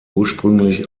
ursprünglich